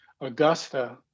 Augusta